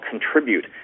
contribute